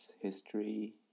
history